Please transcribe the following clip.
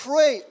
Pray